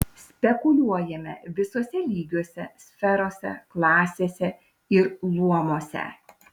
spekuliuojame visuose lygiuose sferose klasėse ir luomuose